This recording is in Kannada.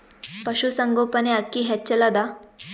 ಪಶುಸಂಗೋಪನೆ ಅಕ್ಕಿ ಹೆಚ್ಚೆಲದಾ?